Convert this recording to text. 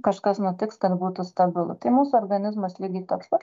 kažkas nutiks kad būtų stabilu tai mūsų organizmas lygiai toks pat